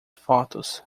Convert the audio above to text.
fotos